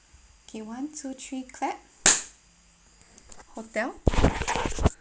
okay one two three clap hotel